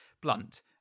blunt